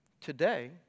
Today